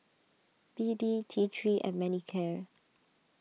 B D T three and Manicare